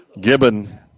Gibbon